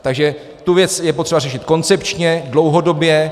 Takže tu věc je potřeba řešit koncepčně, dlouhodobě.